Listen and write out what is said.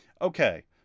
Okay